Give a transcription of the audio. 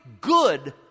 good